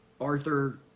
Arthur